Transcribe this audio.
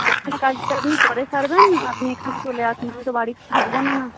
ওখানে কাজটা আপনি পরে সারবেন আপনি এখানে চলে আসুন আমি তো বাড়িতে থাকব না না